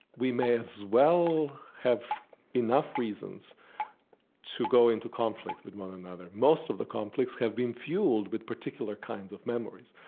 we may as well have enough reasons to go into conflict with one another. most of the conflicts have been fueled with particular kinds of memories.